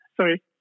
sorry